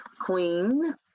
Queen